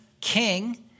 king